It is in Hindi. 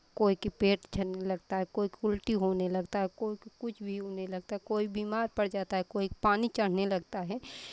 कोई के पेट झरने लगता है कोई के उल्टी होने लगता है कोई के कुछ भी होने लगता है कोई बीमार पड़ जाता है कोई के पानी चढ़ने लगता है